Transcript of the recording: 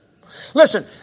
Listen